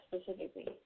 specifically